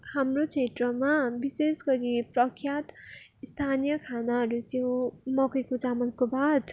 हाम्रो क्षेत्रमा विशेष गरी प्रख्यात स्थानीय खानाहरू चाहिँ हो मकैको चामलको भात